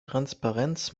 transparenz